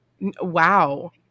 Wow